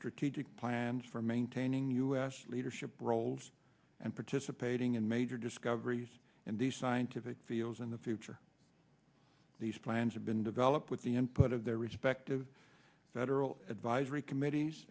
strategic plans for maintaining us leadership roles and participating in major discoveries and the scientific fields in the future these plans have been developed with the input of their respective federal advisory committees